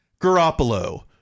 Garoppolo